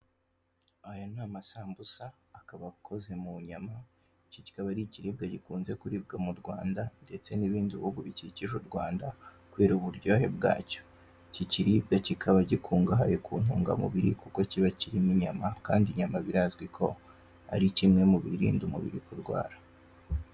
Aya ni amasambusa akaba akoze mu nyama, iki kikaba ari ikiribwa gikunze kuribwa mu Rwanda ndetse n'ibindi bihugu bikikije u Rwanda kubera uburyohe bwacyo, iki kiribwa kikaba gikungahaye ku ntungamubiri kuko kiba kirimo inyama, kandi inyama birazwiko ari kimwe mu birinda umubiri kurwara.